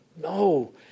No